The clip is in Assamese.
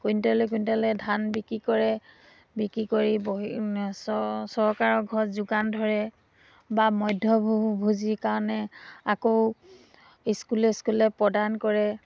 কুইণ্টলে কুইণ্টেলে ধান বিক্ৰী কৰে বিক্ৰী কৰি বহি চ চৰকাৰৰ ঘৰত যোগান ধৰে বা মধ্যহ্ণভোজৰ কাৰণে আকৌ স্কুলে স্কুলে প্ৰদান কৰে